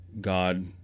God